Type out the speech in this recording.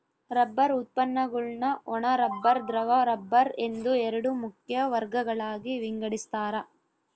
rubber ಉತ್ಪನ್ನಗುಳ್ನ ಒಣ rubber ದ್ರವ ರಬ್ಬರ್ ಎಂದು ಎರಡು ಮುಖ್ಯ ವರ್ಗಗಳಾಗಿ ವಿಂಗಡಿಸ್ತಾರ